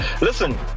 listen